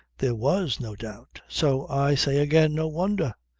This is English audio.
there was no doubt. so i say again no wonder!